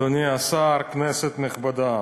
אדוני השר, כנסת נכבדה,